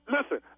Listen